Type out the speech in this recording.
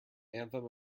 anthem